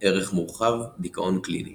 ערך מורחב – דיכאון קליני